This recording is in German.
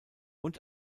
und